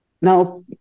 now